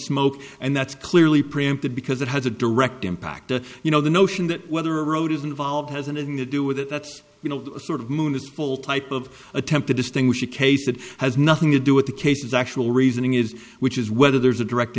smoke and that's clearly preempted because it has a direct impact on you know the notion that whether a road is involved has an in the do with it that's you know sort of moon is full type of attempt to distinguish a case that has nothing to do with the cases actual reasoning is which is whether there's a direct